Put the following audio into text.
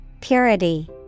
Purity